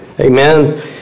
Amen